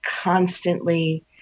constantly